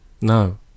No